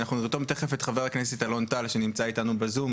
ונרתום תכף את חבר הכנסת אלון טל שנמצא אתנו בזום